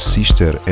Sister